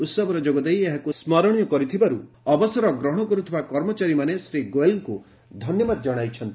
ଉହବରେ ଯୋଗଦେଇ ଏହାକୁ ସ୍କରଣୀୟ କରିଥିବାରୁ ଅବସର ଗ୍ରହଣ କରୁଥିବା କର୍ମଚାରୀମାଣେନ ଶ୍ରୀ ଗୋୟଲ୍ଙ୍କୁ ଧନ୍ୟବାଦ ଜଣାଇଛନ୍ତି